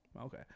Okay